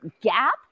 gap